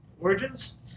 Origins